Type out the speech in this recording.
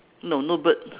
no no bird